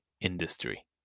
industry